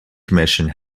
commission